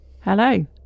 Hello